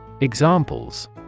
Examples